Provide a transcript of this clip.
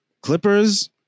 Clippers